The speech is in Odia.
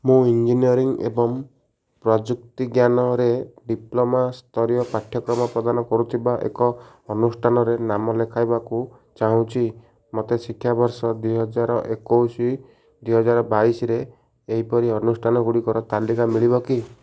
ମୁଁ ଇଞ୍ଜିନିୟରିଂ ଏବଂ ପ୍ରଯୁକ୍ତିଜ୍ଞାନ ରେ ଡିପ୍ଲୋମା ସ୍ତରୀୟ ପାଠ୍ୟକ୍ରମ ପ୍ରଦାନ କରୁଥିବା ଏକ ଅନୁଷ୍ଠାନରେ ନାମ ଲେଖାଇବାକୁ ଚାହୁଁଛି ମୋତେ ଶିକ୍ଷାବର୍ଷ ଦୁଇହଜାର ଏକୋଉସୀ ଦୁଇହଜାର ବାଇଶ ରେ ଏହିପରି ଅନୁଷ୍ଠାନ ଗୁଡ଼ିକର ତାଲିକା ମିଳିବ କି